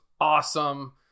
awesome